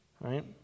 right